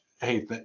Hey